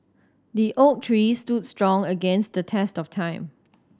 the oak tree stood strong against the test of time